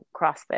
CrossFit